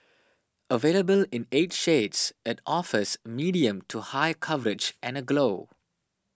available in eight shades it offers medium to high coverage and a glow